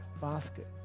basket